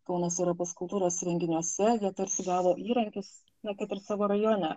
kaunas europos kultūros renginiuose tarsi gavo įrankius na kad ir savo rajone